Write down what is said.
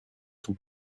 sont